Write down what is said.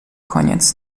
koniec